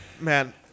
Man